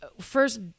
first